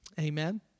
Amen